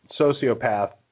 sociopath